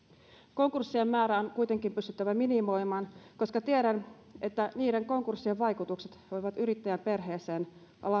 konkurssien määrä on kuitenkin pystyttävä minimoimaan koska tiedän että niiden konkurssien vaikutukset voivat yrittäjäperheeseen olla